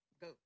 Go